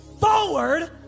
forward